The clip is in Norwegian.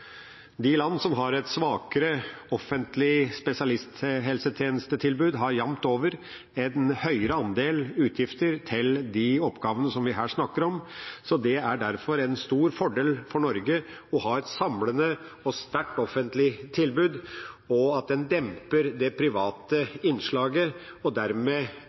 De land som har et svakere offentlig spesialisthelsetjenestetilbud, har jevnt over en høyere andel utgifter til de oppgavene vi her snakker om. Det er derfor en stor fordel for Norge å ha et samlende og sterkt, offentlig tilbud, og at en demper det private innslaget og dermed